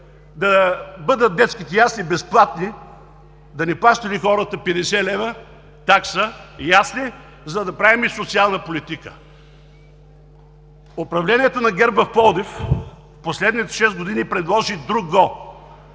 да бъдат детските ясли безплатни, да не плащали хората 50 лв. такса ясли, за да правим социална политика. Управлението на ГЕРБ в Пловдив в последните шест години предложи друго.